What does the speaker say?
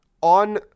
On